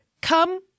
come